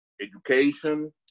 education